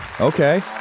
Okay